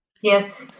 Yes